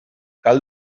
cal